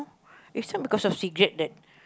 is not because of cigarettes that